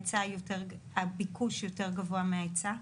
שהביקוש יותר גבוה מההיצע,